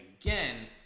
again